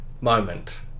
moment